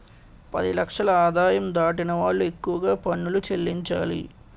పది లక్షల ఆదాయం దాటిన వాళ్లు ఎక్కువగా పనులు చెల్లించాలి